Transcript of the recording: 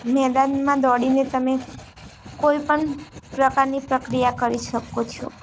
મેદાનમાં દોડીને તમે કોઈ પણ પ્રકારની પ્રક્રિયા કરી શકો છો